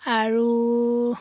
আৰু